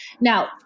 Now